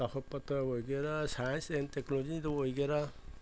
ꯆꯥꯎꯈꯠꯄꯇ ꯑꯣꯏꯒꯦꯔꯥ science and ꯇꯦꯛꯅꯣꯂꯣꯖꯤꯗ ꯑꯣꯏꯒꯦꯔꯥ